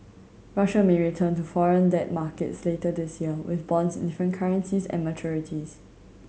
Russia may return to foreign debt markets later this year with bonds in different currencies and maturities